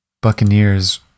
Buccaneers